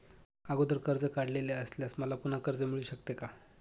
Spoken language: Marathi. अगोदर कर्ज काढलेले असल्यास मला पुन्हा कर्ज मिळू शकते का?